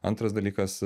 antras dalykas